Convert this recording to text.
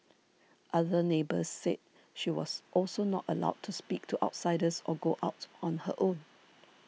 other neighbours said she was also not allowed to speak to outsiders or go out on her own